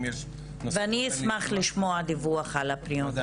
אני אשמח לשמוע דיווח על הפניות